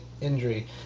injury